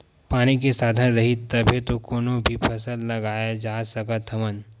पानी के साधन रइही तभे तो कोनो भी फसल लगाए जा सकत हवन